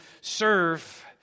serve